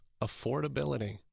Affordability